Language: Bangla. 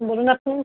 বলুন আপনি